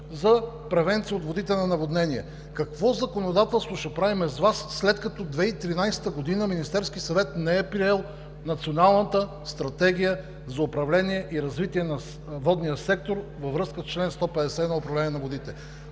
за превенция от риска за наводнение. Какво законодателство ще правим с Вас, след като през 2013 г. Министерският съвет не е приел Националната стратегия за управление и развитие на водния сектор във връзка с чл. 151 за управление на водите?